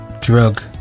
drug